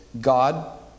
God